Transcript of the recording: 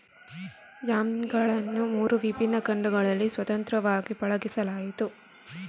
ಯಾಮ್ಗಳನ್ನು ಮೂರು ವಿಭಿನ್ನ ಖಂಡಗಳಲ್ಲಿ ಸ್ವತಂತ್ರವಾಗಿ ಪಳಗಿಸಲಾಯಿತು